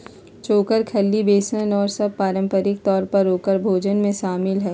चोकर, खल्ली, बेसन और सब पारम्परिक तौर पर औकर भोजन में शामिल हई